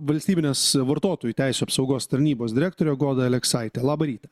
valstybinės vartotojų teisių apsaugos tarnybos direktorė goda aleksaitė labą rytą